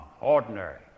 ordinary